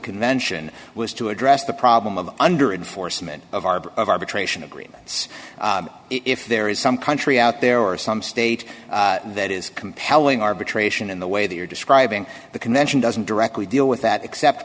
convention was to address the problem of under enforcement of our arbitration agreements if there is some country out there are some state that is compelling arbitration in the way that you're describing the convention doesn't directly deal with that except